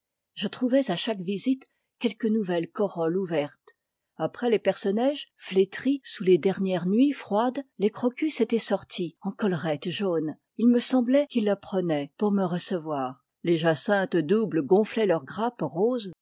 je trouvais à chaque visite quelque nouvelle corolle ouverte après les perce neige flétris sous les dernières nuits froides les crocus étaient sortis en collerette jaune il me semblait qu'ils la prenaient pour me recevoir les jacinthes doubles gonflaient leur grappe rose